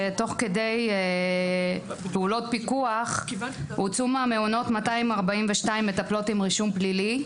שתוך כדי פעולות פיקוח הוצאו מהמעונות 242 מטפלות עם רישום פלילי,